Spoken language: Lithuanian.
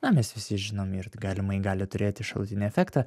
na mes visi žinom ir galimai gali turėti šalutinį efektą